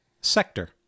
Sector